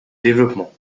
développement